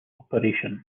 operation